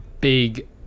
big